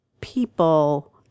people